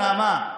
נעמה?